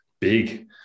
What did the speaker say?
big